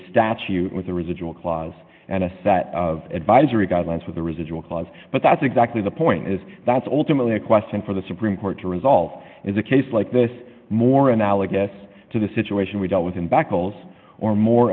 statute with a residual clause and a set of advisory guidelines with a residual clause but that's exactly the point is that's ultimately a question for the supreme court to resolve is a case like this more analogous to the situation we dealt with in back goals or more